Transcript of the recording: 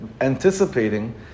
anticipating